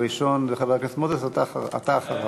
הראשון זה חבר הכנסת מוזס, ואתה אחריו.